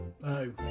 No